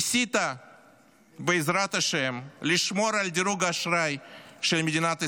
ניסית בעזרת השם לשמור על דירוג האשראי של מדינת ישראל,